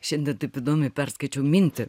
šiandien taip įdomiai perskaičiau mintį